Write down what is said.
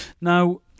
Now